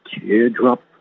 teardrop